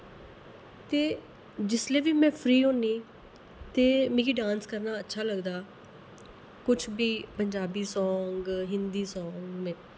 ते जिसलै बी में फ्री होन्नी ते मिगी डांस करना अच्छा लगदा कुछ बी पंजाबी सांग हिंदी सांग में